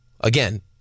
again